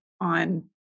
on